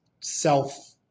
self